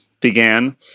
began